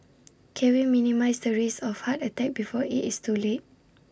can we minimise the risk of heart attack before IT is too late